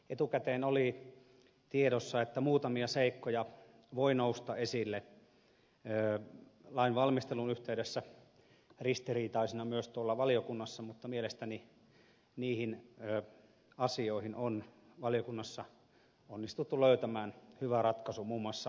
etukäteen oli tiedossa että muutamia seikkoja voi nousta esille lain valmistelun yhteydessä ristiriitaisina myös tuolla valiokunnassa mutta mielestäni niihin asioihin on valiokunnassa onnistuttu löytämään hyvä ratkaisu muun muassa vesikalusteiden osalta